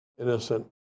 innocent